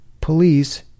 Police